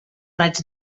raig